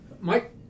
Mike